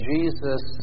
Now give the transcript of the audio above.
Jesus